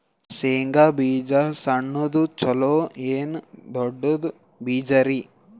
ಶೇಂಗಾ ಬೀಜ ಸಣ್ಣದು ಚಲೋ ಏನ್ ದೊಡ್ಡ ಬೀಜರಿ?